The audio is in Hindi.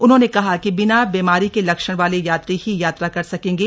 उन्होंने कहा कि बिना बीमारी के लक्षण वाले यात्री ही यात्रा कर सकेंगे